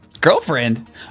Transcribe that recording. Girlfriend